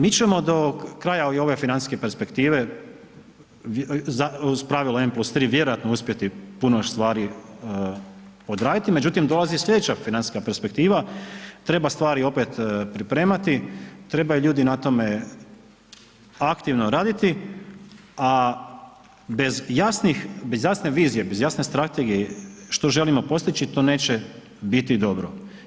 Mi ćemo do kraja i ove financijske perspektive uz pravilo n+3 vjerojatno uspjeti puno još stvari odraditi, međutim dolazi slijedeća financijska perspektiva treba stvari opet pripremati, trebaju ljudi na tome aktivno raditi, a bez jasnih, bez jasne vizije, bez jasne strategije što želimo postići to neće biti dobro.